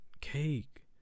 Cake